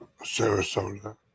Sarasota